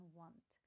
want